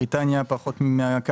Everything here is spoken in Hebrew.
מבריטניה פחות מ-100,